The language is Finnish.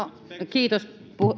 kiitos